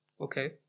okay